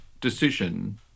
decision